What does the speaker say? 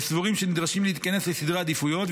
וסבורים שנדרשים להתכנס לסדרי עדיפויות,